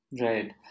Right